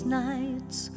nights